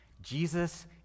Jesus